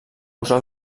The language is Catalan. usar